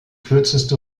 kürzeste